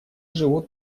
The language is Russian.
живут